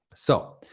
so,